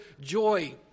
joy